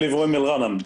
שיבלי ואום אל-גנם.